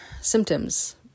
symptoms